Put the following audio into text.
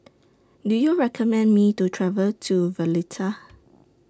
Do YOU recommend Me to travel to Valletta